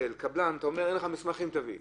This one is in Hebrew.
קבלן אתה אומר: אין לך מסמכים, תביא.